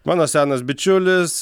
mano senas bičiulis